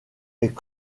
est